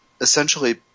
essentially